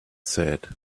said